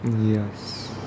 yes